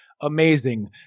Amazing